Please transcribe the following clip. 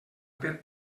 per